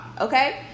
Okay